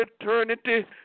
eternity